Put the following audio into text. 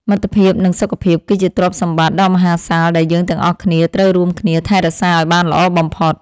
មិត្តភាព និងសុខភាព គឺជាទ្រព្យសម្បត្តិដ៏មហាសាលដែលយើងទាំងអស់គ្នាត្រូវរួមគ្នាថែរក្សាឱ្យបានល្អបំផុត។